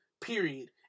period